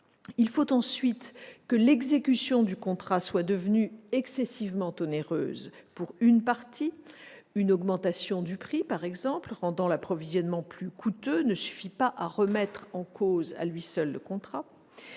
Il faut ensuite que l'exécution du contrat soit devenue excessivement onéreuse pour une partie. Une augmentation du prix, par exemple, rendant l'approvisionnement plus coûteux, ne suffit pas à remettre en cause, à lui seul, le contrat.